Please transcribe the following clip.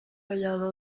hallado